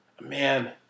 Man